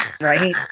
Right